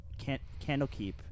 Candlekeep